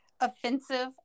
offensive